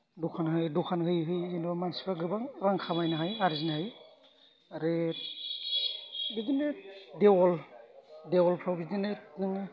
दखान होयो दखान होयै होयै जेनेबा मानसिफोरा गोबां रां खामायनो हायो आरजिनो हायो आरो बिदिनो देवोल देवोलफोराव बिदिनो नों